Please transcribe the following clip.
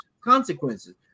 consequences